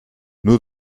nur